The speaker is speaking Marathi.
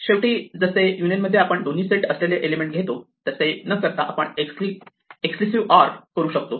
आणि शेवटी जसे युनियनमध्ये आपण दोन्ही सेट मध्ये असलेले एलिमेंट घेतो तसे न करता आपण एक्सक्लुझिव्ह ऑर करू शकतो